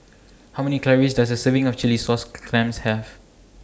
How Many Calories Does A Serving of Chilli Sauce Clams Have